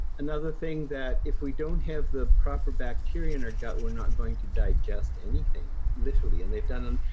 another thing that, if we don't have the proper bacteria in our gut, we're not going to digest anything, literally. and they've done,